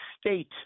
State